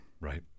Right